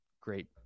Great